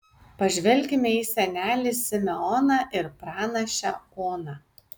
pažvelkime į senelį simeoną ir pranašę oną